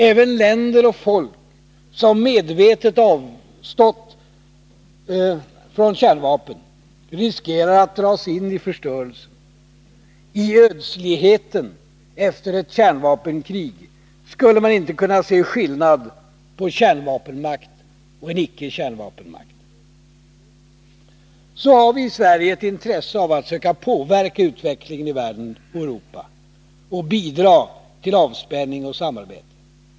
Även länder och folk som medvetet avstått från kärnvapen riskerar att dras in i förstörelsen. I ödsligheten efter ett kärnvapenkrig skulle man inte kunna se skillnad på kärnvapenmakt och icke-kärnvapenmakt. Så har vi i Sverige ett intresse av att söka påverka utvecklingen i världen och Europa, och bidra till avspänning och samarbete.